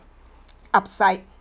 upside